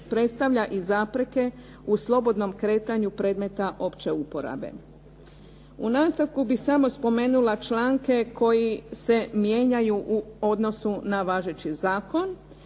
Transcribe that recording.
predstavlja i zapreke u slobodnom kretanju predmeta opće uporabe. U nastavku bi samo spomenula članke koji se mijenjaju u odnosu na važeći zakon.